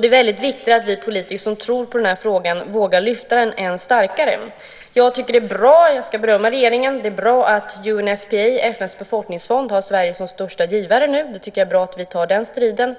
Det är väldigt viktigt att vi politiker som tror på det här vågar lyfta frågan ännu starkare. Jag tycker att det är bra, jag ska berömma regeringen, att UNFPA, FN:s befolkningsfond, har Sverige som största givare nu. Jag tycker att det är bra att vi tar den striden.